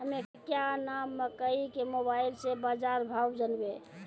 हमें क्या नाम मकई के मोबाइल से बाजार भाव जनवे?